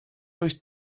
wyt